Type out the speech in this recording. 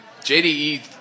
JDE